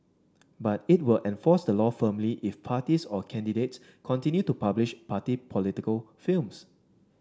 but it will enforce the law firmly if parties or candidates continue to publish party political films